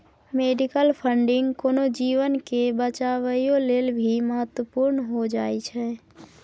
medical funding कोनो जीवन के बचाबइयो लेल भी महत्वपूर्ण हो जाइ छइ